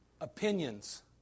opinions